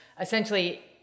essentially